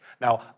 Now